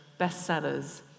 bestsellers